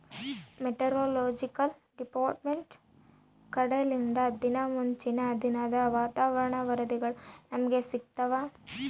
meteorological department ಕಡೆಲಿಂದ ದಿನಾ ಮುಂಚಿನ ದಿನದ ವಾತಾವರಣ ವರದಿಗಳು ನಮ್ಗೆ ಸಿಗುತ್ತವ